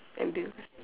ambulance